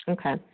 Okay